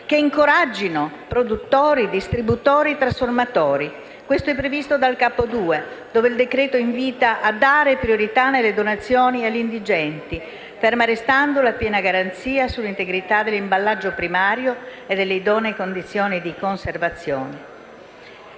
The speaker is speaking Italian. che incoraggino produttori, distributori e trasformatori. Questo è previsto dal Capo II, dove il disegno di legge invita a dare priorità nelle donazioni agli indigenti, ferma restando la piena garanzia sull'integrità dell'imballaggio primario e delle idonee condizioni di conservazione.